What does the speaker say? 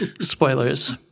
Spoilers